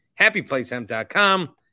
HappyPlaceHemp.com